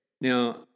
now